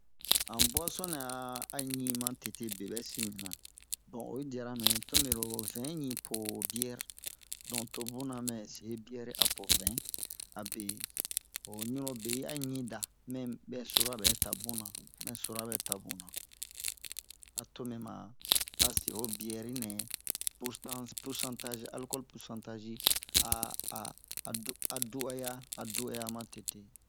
han buwason nɛ a ɲi matete be ɓɛ sin mɛna bon oyi diyara mɛ to mɛ-ro vɛn ɲi po biyɛri to bunna mɛ se biyɛri apo vɛn abe ho ɲunle be ayi ɲinda mɛ mɛ sura ɓɛ ta ɓunna mɛ sura ɓɛ ta ɓunna a to mɛma a se ho biyɛri nɛ pusetance- pursantazi alikɔli pursantazi a a a du'aya a du'aya matete